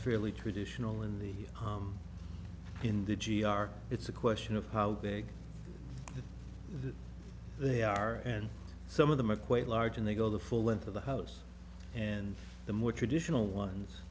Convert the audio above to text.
fairly traditional in the in the g r it's a question of how big they are and some of them a quite large and they go the full length of the house and the more traditional ones